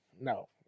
no